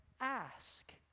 ask